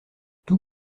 tout